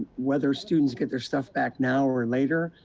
whether students get their stuff back now or later,